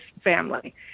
family